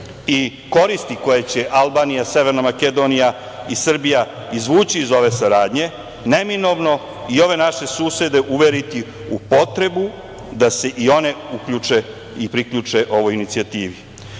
i koriste koje će Albanija, Severna Makedonija i Srbija izvući iz ove saradnje neminovno i ove naše susede uveriti u potrebu da se i one uključe i priključe ovoj inicijativi. Oni